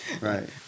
right